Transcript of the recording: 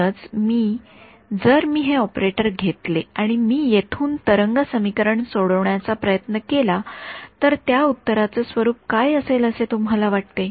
म्हणूनच जर मी हे ऑपरेटर घेतले आणि मी येथून तरंग समीकरण सोडवण्याचा प्रयत्न केला तर त्या उत्तराचे स्वरूप काय असेल असे तुम्हाला वाटते